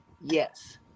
Yes